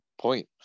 point